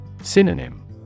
Synonym